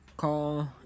call